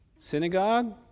Synagogue